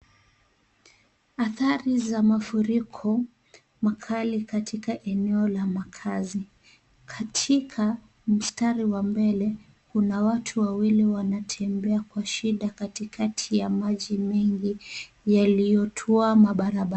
Athari za mafuriko makali katika eneo la makazi. Katika mstari wa mbele, kuna watu wawili wanatembea kwa shida Kati kati ya maji mengi yaliyotwaa mabarabara.